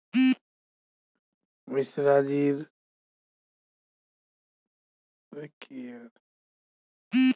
मिश्राजीर जमा खातात चौवालिस लाख रुपया छ